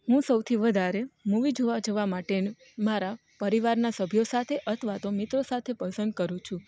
હું સૌથી વધારે મૂવી જોવાં જવાં માટેનું મારા પરિવારનાં સભ્યો સાથે અથવા તો મિત્રો સાથે પસંદ કરું છું